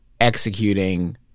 executing